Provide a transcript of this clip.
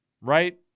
right